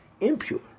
impure